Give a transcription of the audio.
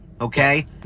okay